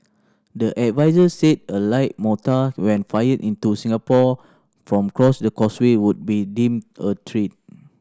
the adviser said a light mortar when fired into Singapore from across the Causeway would be deemed a threat